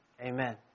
Amen